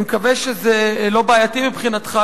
אני מקווה שזה לא בעייתי מבחינתך,